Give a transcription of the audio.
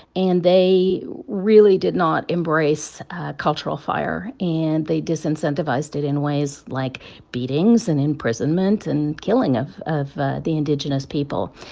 and they really did not embrace cultural fire. and they disincentivized it in ways like beatings and imprisonment and killing of of ah the indigenous people.